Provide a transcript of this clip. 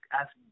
ask